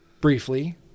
briefly